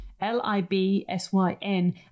L-I-B-S-Y-N